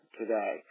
today